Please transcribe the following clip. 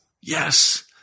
Yes